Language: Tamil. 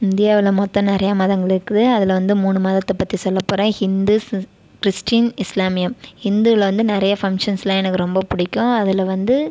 இந்தியாவில் மொத்தம் நிறைய மதங்கள் இருக்குது அதில் வந்து மூணு மதத்தை பற்றி சொல்லப் போகிறேன் ஹிந்து கிறிஸ்டின் இஸ்லாமியம் ஹிந்துவில் வந்து நிறைய ஃபங்ஷன்ஸ்லாம் எனக்கு ரொம்ப பிடிக்கும் அதில் வந்து